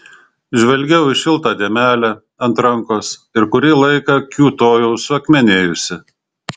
žvelgiau į šiltą dėmelę ant rankos ir kurį laiką kiūtojau suakmenėjusi